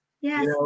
yes